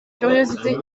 curiosités